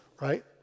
right